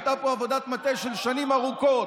הייתה פה עבודת מטה של שנים ארוכות,